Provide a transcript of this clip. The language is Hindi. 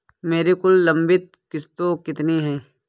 मेरी कुल लंबित किश्तों कितनी हैं?